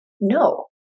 No